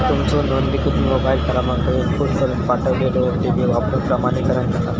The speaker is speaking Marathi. तुमचो नोंदणीकृत मोबाईल क्रमांक इनपुट करून पाठवलेलो ओ.टी.पी वापरून प्रमाणीकरण करा